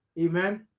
Amen